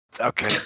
Okay